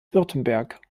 württemberg